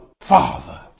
Father